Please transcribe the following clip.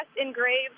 engraved